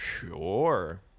Sure